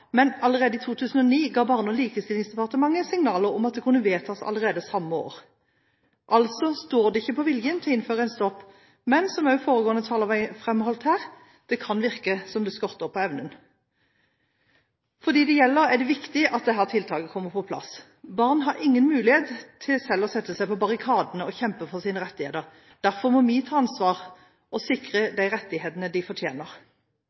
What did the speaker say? men allerede i 2009 ga Barne- og likestillingsdepartementet signaler om at det kunne fattes et vedtak allerede samme år. Altså står det ikke på viljen til å innføre en stopp, men som også foregående taler framholdt her, kan det virke som det skorter på evnen. For dem det gjelder, er det viktig at dette tiltaket kommer på plass. Barn har ingen mulighet til selv å stå på barrikadene og kjempe for sine rettigheter. Derfor må vi ta ansvar og sikre de rettighetene de fortjener.